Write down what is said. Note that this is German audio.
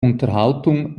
unterhaltung